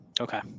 Okay